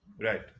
right